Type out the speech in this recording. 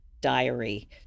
diary